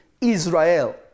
Israel